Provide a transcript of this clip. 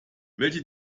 welche